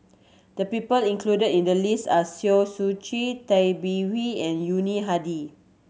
the people included in the list are Siow Chin Tay Bin Wee and Yuni Hadi